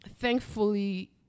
thankfully